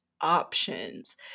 options